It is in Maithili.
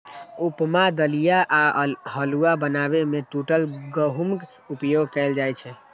उपमा, दलिया आ हलुआ बनाबै मे टूटल गहूमक उपयोग कैल जाइ छै